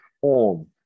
form